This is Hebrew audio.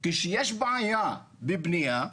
כשיש בעיה בבניה,